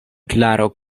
klaro